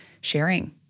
sharing